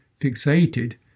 fixated